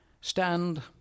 stand